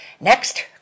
Next